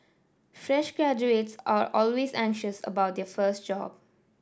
fresh graduates are always anxious about their first job